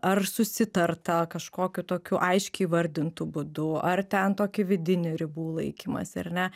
ar susitarta kažkokiu tokiu aiškiai įvardintu būdu ar ten tokį vidinį ribų laikymąsi ar ne